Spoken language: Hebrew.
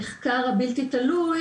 המחקר הבלתי תלוי.